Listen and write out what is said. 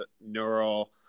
neural